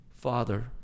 Father